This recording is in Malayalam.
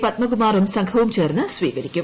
പത്മകുമാറും സംഘവും ച്ചേർന്ന് സ്വീകരിക്കും